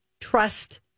trust